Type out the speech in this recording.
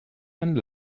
and